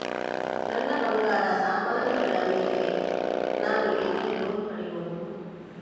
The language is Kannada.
ನನ್ನ ಬಂಗಾರ ಸಾಮಾನಿಗಳ ಮೇಲೆ ನಾನು ಎಲ್ಲಿ ಲೋನ್ ಪಡಿಬಹುದು?